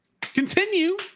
Continue